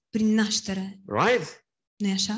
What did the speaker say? Right